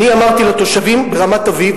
אני אמרתי לתושבים ברמת-אביב,